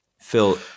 phil